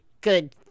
good